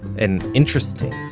and interesting